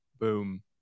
Boom